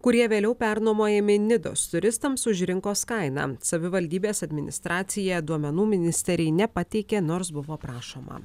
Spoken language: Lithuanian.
kurie vėliau pernuomojami nidos turistams už rinkos kainą savivaldybės administracija duomenų ministerijai nepateikė nors buvo prašoma